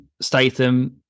Statham